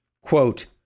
Quote